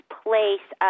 place